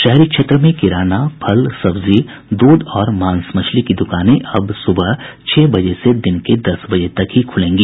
शहरी क्षेत्र में किराना फल सब्जी दूध और मांस मछली की दुकानें अब सुबह छह बजे से दिन के दस बजे तक ही खुलेंगी